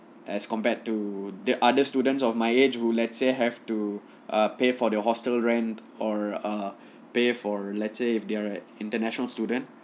as compared to the other students of my age would let's say have to uh pay for their hostel rent or uh pay for relative they're right international student